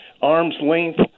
arm's-length